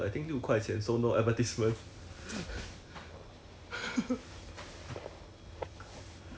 !walao! oh my god 你买什么你有 Disney 你有 Netflix